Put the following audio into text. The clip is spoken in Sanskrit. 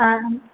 आम्